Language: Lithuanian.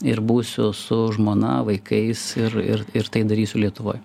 ir būsiu su žmona vaikais ir ir ir tai darysiu lietuvoj